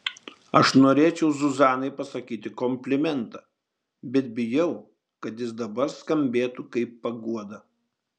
aš norėčiau zuzanai pasakyti komplimentą bet bijau kad jis dabar skambėtų kaip paguoda